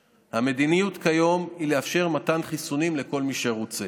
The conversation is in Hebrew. המדיניות כיום היא לאפשר מתן חיסונים לכל מי שרוצה